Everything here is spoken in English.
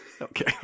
Okay